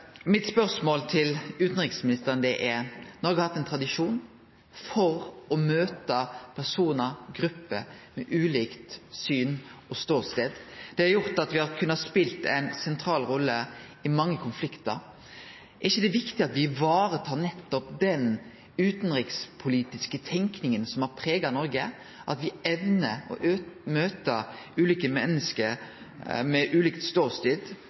er: Noreg har hatt ein tradisjon for å møte personar og grupper med ulike syn og ståstadar. Det har gjort at me har kunne spele ei sentral rolle i mange konfliktar. Er det ikkje viktig at me varetar nettopp den utanrikspolitiske tenkinga som har prega Noreg, og at me evnar å møte ulike menneske med